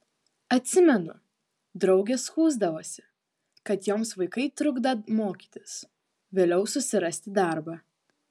atsimenu draugės skųsdavosi kad joms vaikai trukdą mokytis vėliau susirasti darbą